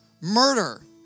murder